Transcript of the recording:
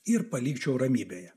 ir palikčiau ramybėje